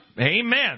Amen